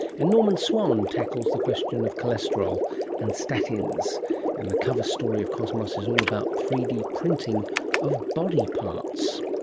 and norman swan tackles the question of cholesterol and statins and the cover story of cosmos is all about three d printing of body parts.